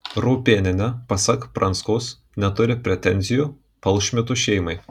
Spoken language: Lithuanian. raupėnienė pasak pranskaus neturi pretenzijų palšmitų šeimai